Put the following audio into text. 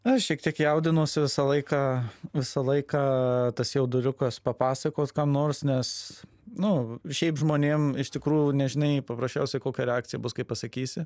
aš šiek tiek jaudinuosi visą laiką visą laiką tas jauduliukas papasakos kam nors nes nu šiaip žmonėm iš tikrųjų nežinai paprasčiausiai kokia reakcija bus kai pasakysi